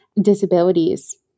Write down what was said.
disabilities